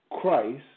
Christ